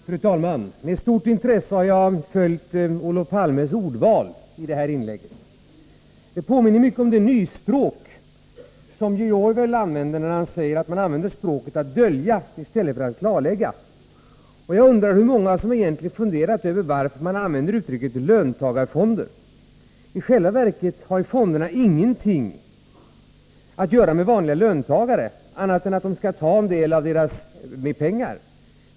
Fru talman! Med stort intresse har jag följt Olof Palmes ordval i det här inlägget. Det påminner mycket om det nyspråk som George Orwell använder, när han säger att man använder språket till att dölja i stället för att klarlägga. Jag undrar hur många som egentligen funderat över varför man använder uttrycket löntagarfonder. I själva verket har ju fonderna ingenting med vanliga löntagare att göra — annat än att de skall ta en del av deras pengar.